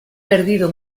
perdido